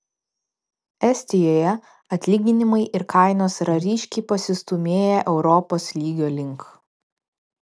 estijoje atlyginimai ir kainos yra ryškiai pasistūmėję europos lygio link